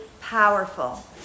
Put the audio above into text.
powerful